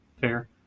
Fair